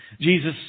Jesus